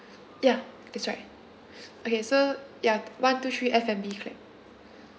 ya that's right okay so ya one two three F&B clap